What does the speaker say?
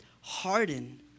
harden